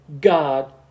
God